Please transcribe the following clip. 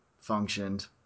functioned